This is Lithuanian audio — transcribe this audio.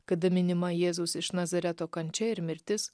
kada minima jėzaus iš nazareto kančia ir mirtis